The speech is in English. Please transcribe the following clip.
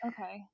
okay